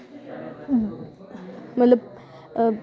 मतलब